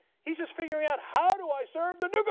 he is disfiguring out, how do i serve the and